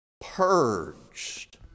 purged